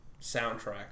soundtrack